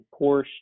Porsche